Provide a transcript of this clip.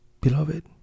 beloved